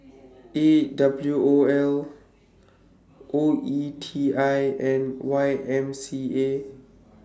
A W O L O E T I and Y M C A